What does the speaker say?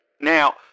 Now